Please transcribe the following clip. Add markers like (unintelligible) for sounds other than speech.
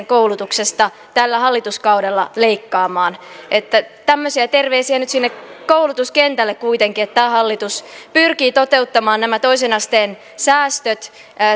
(unintelligible) koulutuksesta tällä hallituskaudella leikkaamaan tämmöisiä terveisiä nyt sinne koulutuskentälle kuitenkin että tämä hallitus pyrkii toteuttamaan nämä toisen asteen säästöt